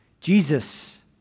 Jesus